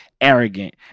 arrogant